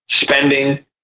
Spending